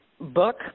book